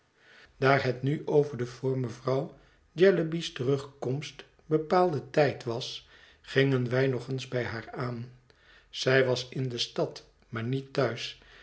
daar het nu over den voor mevrouw jellyby's terugkomst bepaalden tijd was gingen wij nog eens bij haar aan zij was in de stad maar niet thuis